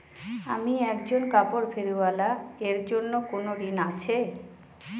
আমি একজন কাপড় ফেরীওয়ালা এর জন্য কোনো ঋণ আছে?